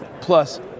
plus